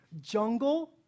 Jungle